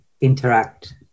interact